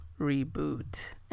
reboot